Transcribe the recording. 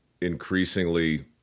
increasingly